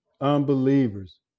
unbelievers